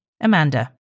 Amanda